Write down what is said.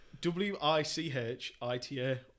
W-I-C-H-I-T-A